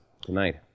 tonight